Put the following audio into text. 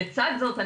לצד זאת,